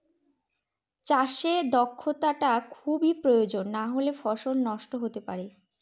চাষে দক্ষটা খুবই প্রয়োজন নাহলে ফসল নষ্ট হতে পারে